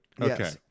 Okay